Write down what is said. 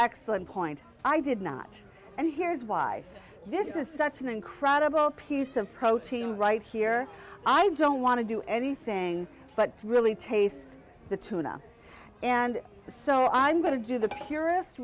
excellent point i did not and here's why this is such an incredible piece of protein right here i don't want to do anything but really taste the tuna and so i'm going to do the purest